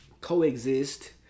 coexist